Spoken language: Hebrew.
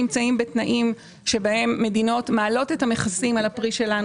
מדינות מעלות את המכסים על הפרי שלנו